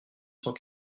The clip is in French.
cent